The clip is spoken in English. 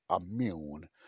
immune